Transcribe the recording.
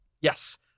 Yes